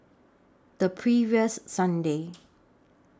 The previous Sunday